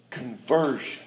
Conversion